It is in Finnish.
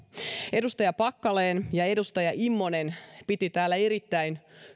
edustaja packalen ja edustaja immonen pitivät täällä erittäin